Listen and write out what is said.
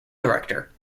director